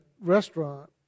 restaurant